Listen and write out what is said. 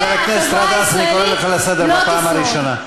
חבר הכנסת גטאס, אני קורא אותך לסדר בפעם הראשונה.